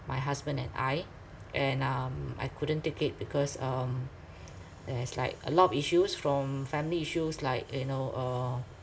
my husband and I and um I couldn't take it because um there's like a lot of issues from family issues like you know uh